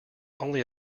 only